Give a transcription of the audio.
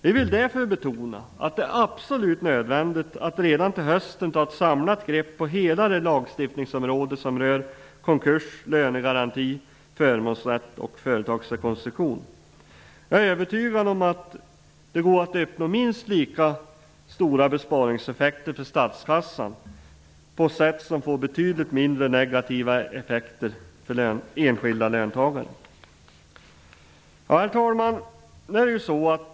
Vi vill därför betona att det är absolut nödvändigt att redan till hösten ta ett samlat grepp på hela det lagstiftningsområde som rör konkurs, lönegaranti, förmånsrätt och företagsrekonstruktion. Jag är övertygad om att det går att uppnå minst lika stora besparingseffekter för statskassan på sätt som får betydligt mindre negativa effekter för enskilda löntagare. Herr talman!